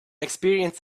experience